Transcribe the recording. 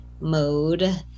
mode